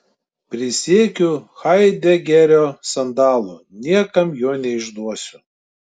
prisiekiu haidegerio sandalu niekam jo neišduosiu